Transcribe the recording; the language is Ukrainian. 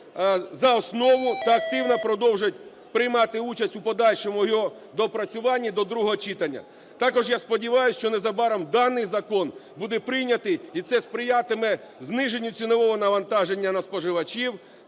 за основу та активно продовжить приймати участь у подальшому його доопрацюванні до другого читання. Також, я сподіваюсь, що незабаром даний закон буде прийнятий, і це сприятиме зниженню цінового навантаження на споживачів